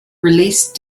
release